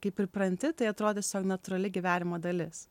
kai pripranti tai atrodo tiesog natūrali gyvenimo dalis